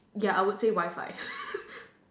ya I would say Wi-Fi